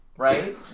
right